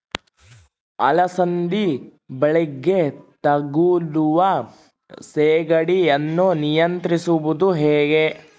ಅಲಸಂದಿ ಬಳ್ಳಿಗೆ ತಗುಲುವ ಸೇಗಡಿ ಯನ್ನು ನಿಯಂತ್ರಿಸುವುದು ಹೇಗೆ?